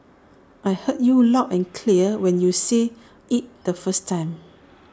I heard you loud and clear when you said IT the first time